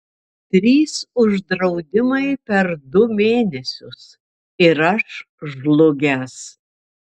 trys uždraudimai per du mėnesius ir aš žlugęs